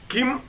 Kim